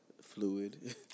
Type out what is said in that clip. fluid